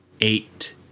eight